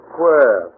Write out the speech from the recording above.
Square